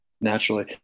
Naturally